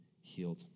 healed